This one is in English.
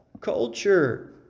culture